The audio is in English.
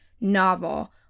novel